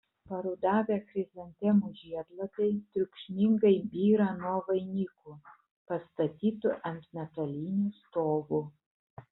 parudavę chrizantemų žiedlapiai triukšmingai byra nuo vainikų pastatytų ant metalinių stovų